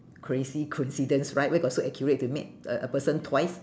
crazy coincidence right where got so accurate to met a a person twice